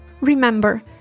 Remember